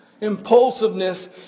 Impulsiveness